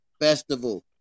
festival